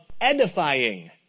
edifying